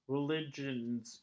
Religions